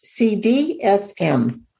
cdsm